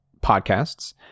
podcasts